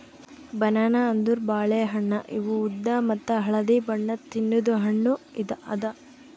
banana ಅಂದುರ್ ಬಾಳೆ ಹಣ್ಣ ಇವು ಉದ್ದ ಮತ್ತ ಹಳದಿ ಬಣ್ಣದ್ ತಿನ್ನದು ಹಣ್ಣು ಅದಾ